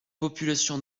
populations